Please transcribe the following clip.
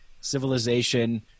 civilization